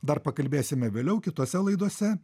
dar pakalbėsime vėliau kitose laidose